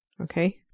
okay